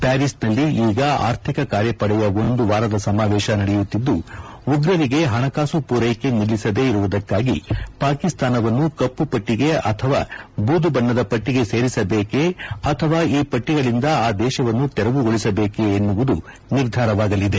ಪ್ಯಾರಿಸ್ನಲ್ಲಿ ಈಗ ಅರ್ಥಿಕ ಕಾರ್ಯಪಡೆಯ ಒಂದು ವಾರದ ಸಮಾವೇಶ ನಡೆಯುತ್ತಿದ್ದು ಉಗ್ರರಿಗೆ ಪಣಕಾಸು ಪೂರೈಕೆ ನಿಲ್ಲಿಸದೆ ಇರುವುದಕ್ಕಾಗಿ ಪಾಕಿಸ್ತಾನವನ್ನು ಕಪ್ಪುಪಟ್ಟಿಗೆ ಅಥವ ಬೂದು ಬಣ್ಣದ ಪಟ್ಟಿಗೆ ಸೇರಿಸಬೇಕೆ ಆಥವಾ ಈ ಪಟ್ಟಿಗಳಿಂದ ಆ ದೇಶವನ್ನು ತೆರವುಗೊಳಿಸಬೇಕೆ ಎನ್ನುವುದು ನಿರ್ಧಾರವಾಗಲಿದೆ